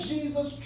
Jesus